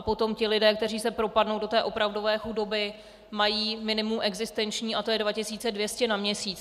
Potom lidé, kteří se propadnou do opravdové chudoby, mají minimum existenční a to je 2 200 na měsíc.